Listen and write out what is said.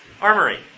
Armory